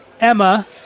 Emma